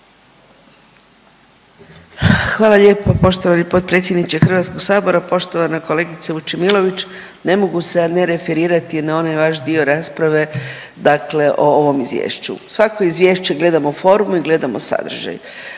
Hvala lijepo poštovani potpredsjedniče HS. Poštovana kolegice Vučemilović, ne mogu se, a ne referirati na onaj vaš dio rasprave dakle o ovom izvješću. Svako izvješće gledamo formu i gledamo sadržaj.